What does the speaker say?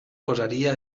posaria